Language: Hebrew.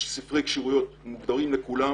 יש ספרי כשירויות מוגדרים לכולם